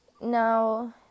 Now